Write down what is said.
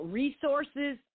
resources